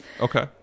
okay